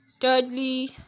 Thirdly